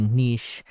niche